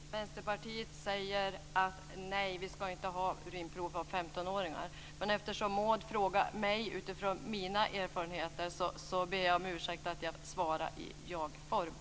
Fru talman! Vänsterpartiet säger: Nej, man ska inte ta urinprov på dem som är yngre än 15 år. Men eftersom Maud frågade mig utifrån mina erfarenheter svarade jag i jagform. Jag ber om ursäkt för det.